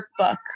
workbook